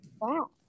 wow